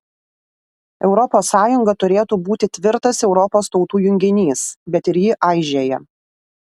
europos sąjunga turėtų būti tvirtas europos tautų junginys bet ir ji aižėja